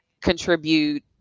contribute